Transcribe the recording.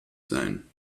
sein